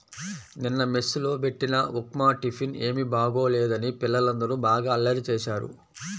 నిన్న మెస్ లో బెట్టిన ఉప్మా టిఫిన్ ఏమీ బాగోలేదని పిల్లలందరూ బాగా అల్లరి చేశారు